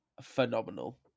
phenomenal